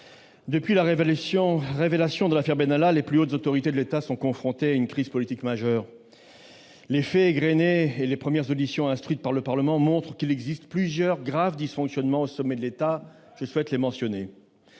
depuis la révélation de l'affaire Benalla, les plus hautes autorités de l'État sont confrontées à une crise politique majeure. Les faits égrenés et les premières auditions instruites par le Parlement montrent qu'il existe plusieurs graves dysfonctionnements au sommet de l'État. Je les énumère